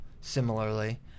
similarly